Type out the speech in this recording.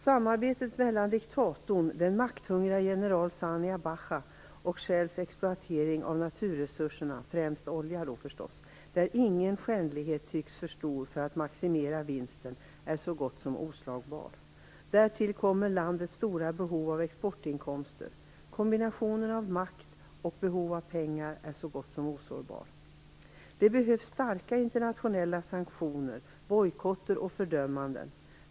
Samarbetet mellan diktatorn, den makthungriga general Sani Abacha, och Shell när det gäller exploatering av naturresurserna, främst olja, där ingen skändlighet tycks för stor för att maximera vinsten, är så gott som oslagbart. Därtill kommer landets stora behov av exportinkomster. Kombinationen av makt och behov av pengar är så gott som osårbar. Det behövs starka internationella sanktioner, bojkotter och fördömanden.